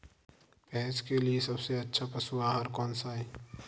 भैंस के लिए सबसे अच्छा पशु आहार कौनसा है?